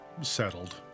settled